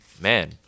man